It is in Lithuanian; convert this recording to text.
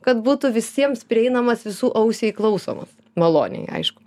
kad būtų visiems prieinamas visų ausiai klausomas maloniai aišku